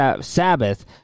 Sabbath